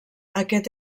aquest